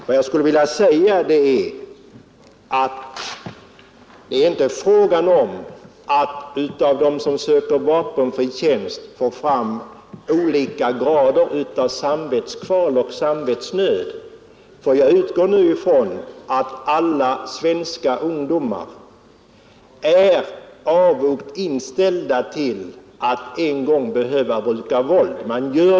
Vad jag skulle vilja säga är att det inte är fråga om att hos dem som söker vapenfri tjänst skilja mellan olika grader av samvetskval och samvetsnöd, ty jag utgår ifrån att alla svenska ungdomar är avogt inställda till att en gång behöva bruka våld.